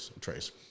Trace